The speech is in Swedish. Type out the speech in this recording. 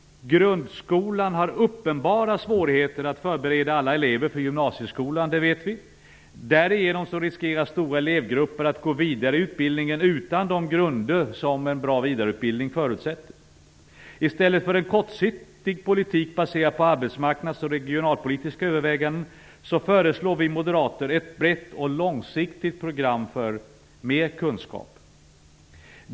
Grundskolan har uppenbara svårigheter att förbereda alla elever för gymnasieskolan. Det vet vi. Därigenom riskerar stora elevgrupper att gå vidare i utbildningen utan de grunder som en bra vidareutbildning förutsätter. I stället för en kortsiktig politik baserad på arbetsmarknads och regionalpolitiska överväganden, föreslår vi moderater ett brett och långsiktigt program för mer kunskap.